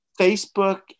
Facebook